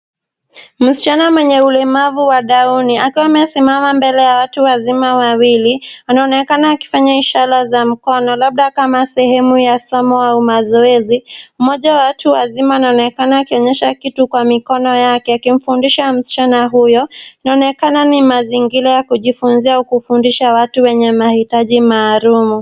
Msichana mwenye ulemavu wa down akiwa amesimama mbele ya watu wazima wawili, anaonekana akifanya ishara za mkono, labda kama sehemu ya somo au mazoezi. Mmoja wa watu wazima anaonekana akionyesha kitu kwa mikono yake akimfundisha msichana huyo. Inaonekana ni mazingira ya kujifunzia au kufundisa watu wenye mahitaji maalum.